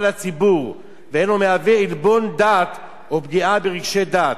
לציבור ואינה מהווה עלבון לדת או פגיעה ברגשי דת.